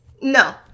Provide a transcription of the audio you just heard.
No